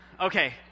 Okay